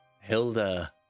Hilda